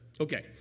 Okay